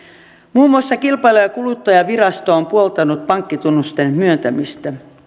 muun muassa kilpailu ja kuluttajavirasto on puoltanut pankkitunnusten myöntämistä